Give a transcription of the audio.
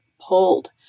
pulled